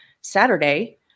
Saturday